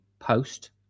post